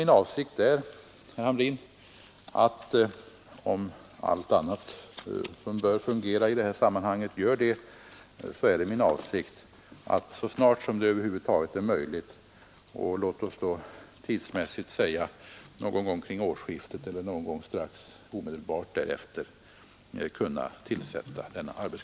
Men, herr Hamrin, om allt annat som bör fungera i detta avseende också gör det, så är det min avsikt att snarast möjligt tillsätta den arbetsgruppen — låt mig tidsmässigt säga vid eller omedelbart efter årsskiftet.